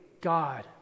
God